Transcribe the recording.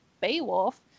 Beowulf